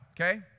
okay